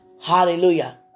Hallelujah